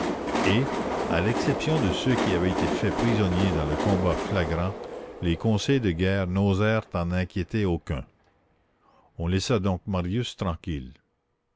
et à l'exception de ceux qui avaient été faits prisonniers dans le combat flagrant les conseils de guerre n'osèrent en inquiéter aucun on laissa donc marius tranquille